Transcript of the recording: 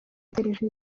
televiziyo